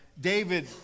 David